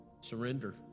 surrender